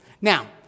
Now